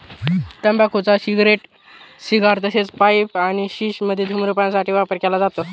तंबाखूचा cigarette, cigar तसेच pipe आणि शिश मध्ये धूम्रपान साठी वापर केला जातो